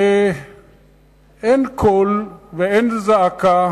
ואין קול ואין זעקה,